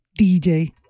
DJ